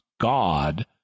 God